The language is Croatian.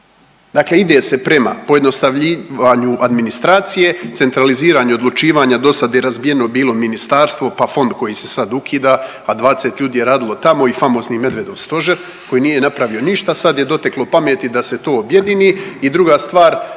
Dakle, ide se prema pojednostavljivanju administracije, centraliziranju odlučivanja, dosad je razbijeno bilo ministarstvo, pa fond koji se sad ukida, a 20 ljudi je radilo tamo i famozni Medvedov stožer koji nije napravio ništa. Sad je doteklo pameti da se to objedini i druga stvar